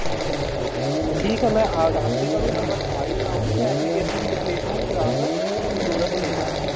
अच्छा ठीक है मैं रास्ते पर हूँ मैं बस आ ही रहा हूँ मैं अप्लीकेसन भी लिख लेता हूँ फिर आकर अपनी डोरा को ले जाऊँगा